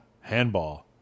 Handball